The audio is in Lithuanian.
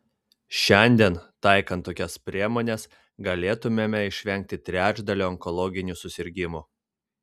šiandien taikant tokias priemones galėtumėme išvengti trečdalio onkologinių susirgimų